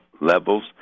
levels